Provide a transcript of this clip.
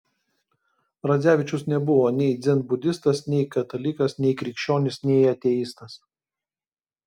radzevičius nebuvo nei dzenbudistas nei katalikas nei krikščionis nei ateistas